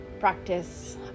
Practice